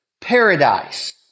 paradise